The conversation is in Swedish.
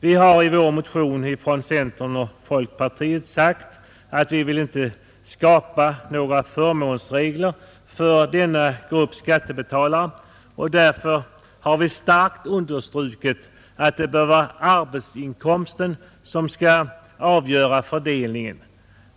Vi har i vår motion från centern och folkpartiet sagt att vi inte vill skapa några förmånsregler för denna grupp skattebetalare och därför har vi starkt understrukit att det bör vara arbetsinkomsten som skall avgöra fördelningen.